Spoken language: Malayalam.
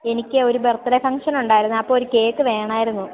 എനിക്ക് ഒരു ബർത്ത്ഡേ ഫംക്ഷനുണ്ടായിരുന്നെ അപ്പോള് ഒരു കേക്ക് വേണ്ടായിരിന്ന്